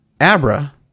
Abra